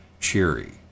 cheery